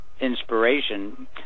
inspiration